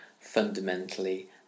fundamentally